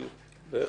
לדין.